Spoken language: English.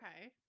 Okay